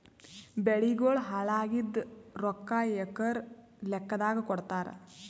ಬೆಳಿಗೋಳ ಹಾಳಾಗಿದ ರೊಕ್ಕಾ ಎಕರ ಲೆಕ್ಕಾದಾಗ ಕೊಡುತ್ತಾರ?